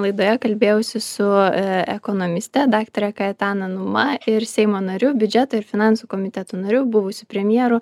laidoje kalbėjausi su e ekonomiste daktare kaetana numa ir seimo nariu biudžeto ir finansų komiteto nariu buvusiu premjeru